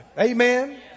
Amen